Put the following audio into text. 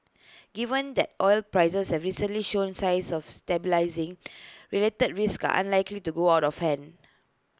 given that oil prices have recently showed signs of stabilising related risks are unlikely to go out of hand